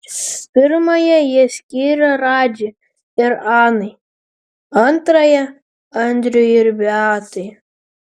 pirmąją jie skyrė radži ir anai antrąją andriui ir beatai